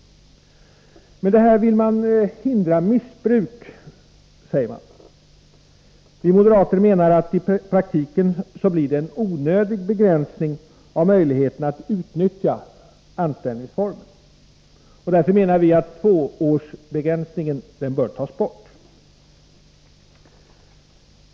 Med detta vill man hindra missbruk, säger man. Vi moderater menar att det i praktiken blir en onödig begränsning av möjligheterna att utnyttja anställningsformen. Därför menar vi att tvåårsbegränsningen bör tas bort.